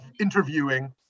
interviewing